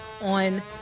on